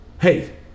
hey